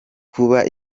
kuba